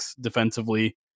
defensively